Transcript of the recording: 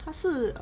他是